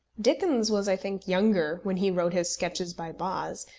dickens was, i think, younger when he wrote his sketches by boz,